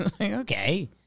okay